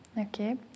Okay